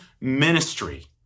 ministry